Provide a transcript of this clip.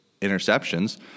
interceptions